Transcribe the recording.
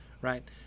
right